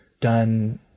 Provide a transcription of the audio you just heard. done